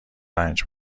رنج